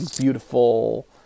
beautiful